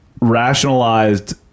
rationalized